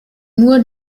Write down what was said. nur